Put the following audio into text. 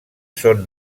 són